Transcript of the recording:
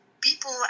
people